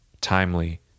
timely